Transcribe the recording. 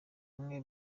bamwe